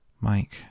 Mike